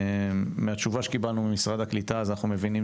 מהתשובה שקיבלנו ממשרד הקליטה אנחנו מבינים